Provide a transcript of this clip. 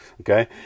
okay